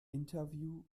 interview